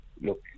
Look